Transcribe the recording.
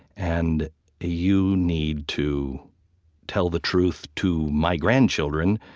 and you need to tell the truth to my grandchildren.